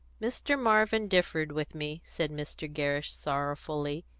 mr. marvin differed with me, said mr. gerrish sorrowfully.